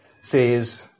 Says